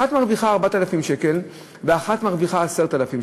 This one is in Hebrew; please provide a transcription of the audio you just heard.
אחת מרוויחה 4,000 שקל ואחת מרוויחה 10,000 שקל,